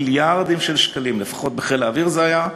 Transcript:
מיליארדים של שקלים, לפחות בחיל האוויר זה היה.